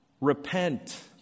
repent